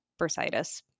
bursitis